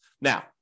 Now